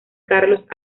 carlos